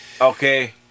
Okay